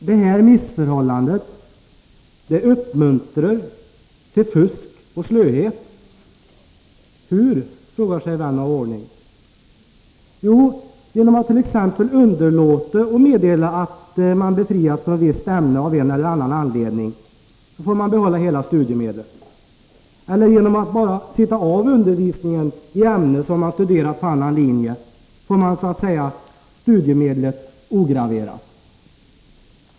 Den här ordningen kan också uppmuntra till fusk och slöhet. Hur, frågar sig vän av ordning. Jo, man kan t.ex. underlåta att meddela att man av en eller annan anledning har befriats från ett visst ämne. Då får man behålla studiemedlen obeskurna. Eller man kan bara ”sitta av” undervisningen i ett ämne som man har studerat på en annan linje. Då får man också studiemedlen ograverade.